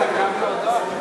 התשע"ד 2014,